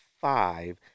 five